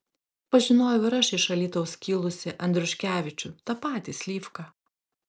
pažinojau ir iš alytaus kilusį andriuškevičių tą patį slivką